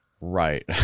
Right